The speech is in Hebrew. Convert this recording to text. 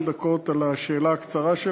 ירשה לי לענות לך 20 דקות על השאלה הקצרה שלך,